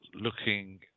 looking